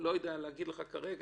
אני לא יודע להגיד לך כרגע,